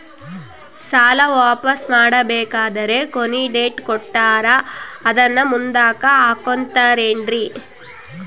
ಸಾಲ ವಾಪಾಸ್ಸು ಮಾಡಬೇಕಂದರೆ ಕೊನಿ ಡೇಟ್ ಕೊಟ್ಟಾರ ಅದನ್ನು ಮುಂದುಕ್ಕ ಹಾಕುತ್ತಾರೇನ್ರಿ?